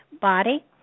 body